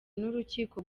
n’urukiko